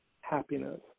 happiness